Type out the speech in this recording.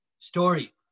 Story